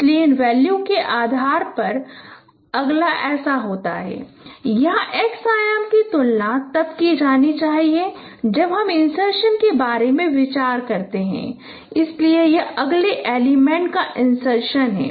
इसलिए इन वैल्यू के आधार पर अगला ऐसा होता है यहां x आयाम की तुलना तब की जानी चाहिए जब हम इंसर्शन के बारे में विचार करते हैं इसलिए यह अगले एलिमेंट का इंसर्शन है